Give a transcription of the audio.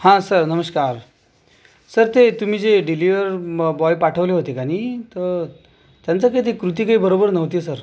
हा सर नमस्कार सर ते तुम्ही जे डिलिव्हर बॉय पाठवले होते का नाही तर त्यांचं काय ते कृती काय बरोबर नव्हती सर